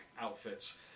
outfits